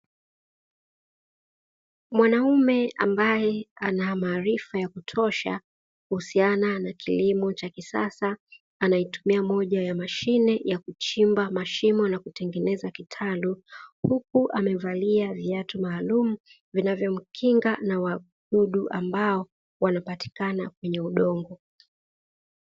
Mwanamume ambaye ana maarifa ya kutosha kuhusiana na kilimo cha kisasa anaitumia moja ya mashine ya kuchimba mashimo na kutengeneza kitalu, huku amevalia viatu maalum vinavyomkinga na wadudu ambao wanapatikana kwenye udongo.